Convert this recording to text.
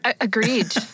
Agreed